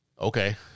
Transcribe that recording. okay